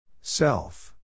Self